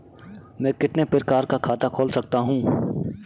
मैं कितने प्रकार का खाता खोल सकता हूँ?